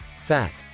Fact